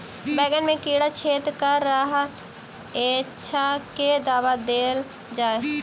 बैंगन मे कीड़ा छेद कऽ रहल एछ केँ दवा देल जाएँ?